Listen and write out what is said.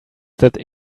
that